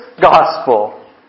gospel